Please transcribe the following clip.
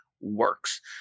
works